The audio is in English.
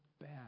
bad